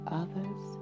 others